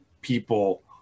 people